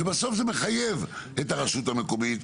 שבסוף זה מחייב את הרשות המקומית?